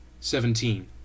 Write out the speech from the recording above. Seventeen